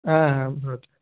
आ हा भवतु